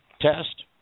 test